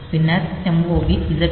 பின்னர் move ZA